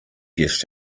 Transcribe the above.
guest